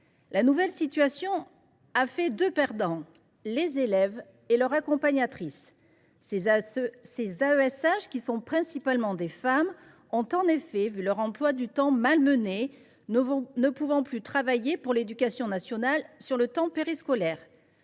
La nouvelle situation a fait deux perdants : les élèves et leurs accompagnants. Ces AESH, qui sont principalement des femmes, ont en effet vu leur emploi du temps malmené, ne pouvant plus travailler pour l’éducation nationale sur le temps périscolaire.